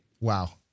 Wow